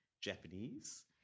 Japanese